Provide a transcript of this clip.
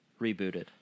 rebooted